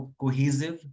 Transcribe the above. cohesive